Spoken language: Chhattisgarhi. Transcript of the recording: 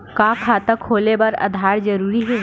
का खाता खोले बर आधार जरूरी हे?